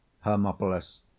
Hermopolis